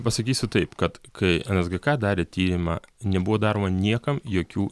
pasakysiu taip kad kai nsgk darė tyrimą nebuvo daroma niekam jokių